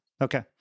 Okay